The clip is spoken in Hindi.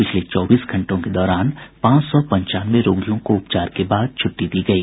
पिछले चौबीस घंटों के दौरान पांच सौ पंचानवे रोगियों को उपचार के बाद छुट्टी दी गयी